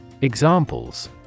Examples